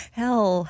hell